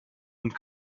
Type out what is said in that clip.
und